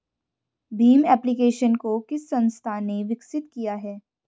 Bhim application को किस संस्था ने विकसित किया है?